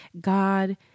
God